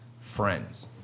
friends